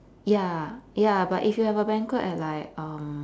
ya ya but if you have a banquet at like um